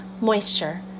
Moisture